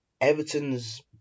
Everton's